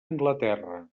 anglaterra